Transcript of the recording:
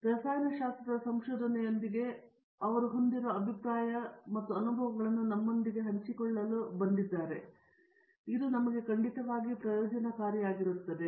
ಮತ್ತು ರಸಾಯನ ಶಾಸ್ತ್ರದ ಸಂಶೋಧನೆಯೊಂದಿಗೆ ಅವರು ಹೊಂದಿರುವ ಅಭಿಪ್ರಾಯಗಳನ್ನು ನಮ್ಮೊಂದಿಗೆ ಹಂಚಿಕೊಳ್ಳಲು ಹೋಗುತ್ತಾರೆ ಇದು ನಮಗೆ ಖಂಡಿತವಾಗಿಯೂ ಪ್ರಯೋಜನಕಾರಿಯಾಗಿರುತ್ತದೆ